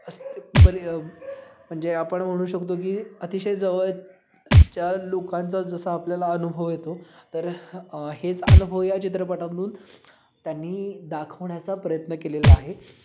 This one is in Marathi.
अस्त् परि म्हणजे आपण म्हणू शकतो की अतिशय जवळच्या लोकांचा जसा आपल्याला अनुभव येतो तर हेच अनुभव या चित्रपटातून त्यांनी दाखवण्याचा प्रयत्न केलेला आहे